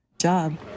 job